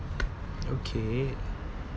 okay